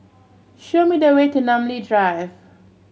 show me the way to Namly Drive